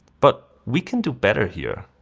but we can do better here.